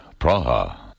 Praha